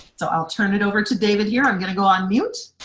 so i'll turn it over to david, here. i'm gonna go on mute.